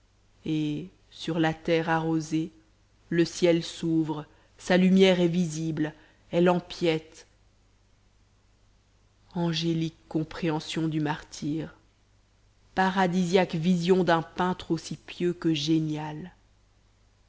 et sur la terre arrosée le ciel s'ouvre sa lumière est visible elle empiète angélique compréhension du martyre paradisiaque vision d'un peintre aussi pieux que génial